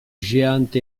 géante